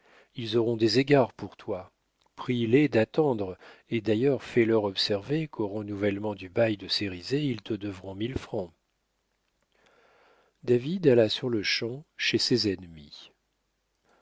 ils auront des égards pour toi prie les d'attendre et d'ailleurs fais-leur observer qu'au renouvellement du bail de cérizet ils te devront mille francs david alla sur-le-champ chez ses ennemis